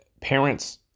parents